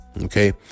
okay